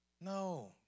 No